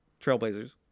Trailblazers